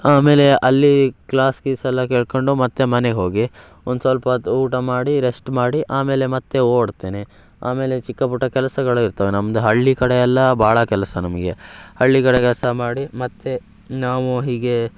ಆಮೇಲೆ ಅಲ್ಲಿ ಕ್ಲಾಸ್ ಗೀಸೆಲ್ಲ ಕೇಳ್ಕೊಂಡು ಮತ್ತೆ ಮನೆಗೆ ಹೋಗಿ ಒಂದು ಸ್ವಲ್ಪೊತ್ ಊಟ ಮಾಡಿ ರೆಸ್ಟ್ ಮಾಡಿ ಆಮೇಲೆ ಮತ್ತೆ ಓಡ್ತೇನೆ ಆಮೇಲೆ ಚಿಕ್ಕ ಪುಟ್ಟ ಕೆಲ್ಸಗಳು ಇರ್ತವೆ ನಮ್ದು ಹಳ್ಳಿ ಕಡೆಯೆಲ್ಲ ಬಹಳ ಕೆಲಸ ನಮಗೆ ಹಳ್ಳಿ ಕಡೆ ಕೆಲಸ ಮಾಡಿ ಮತ್ತೆ ನಾವು ಹೀಗೇ